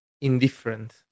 indifferent